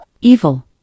Evil